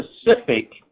specific